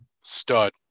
stud